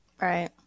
Right